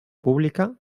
pública